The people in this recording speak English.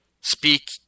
speak